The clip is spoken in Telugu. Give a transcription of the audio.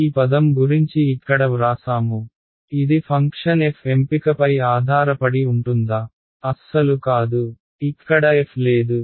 ఈ పదం గురించి ఇక్కడ వ్రాసాము ఇది ఫంక్షన్ f ఎంపికపై ఆధారపడి ఉంటుందా అస్సలు కాదు ఇక్కడ f లేదు